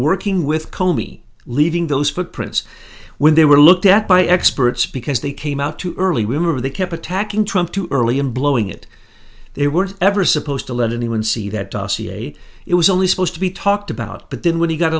working with comi leaving those footprints when they were looked at by experts because they came out too early remember they kept attacking trump too early and blowing it they were ever supposed to let anyone see that dossier it was only supposed to be talked about but then when he got